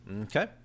Okay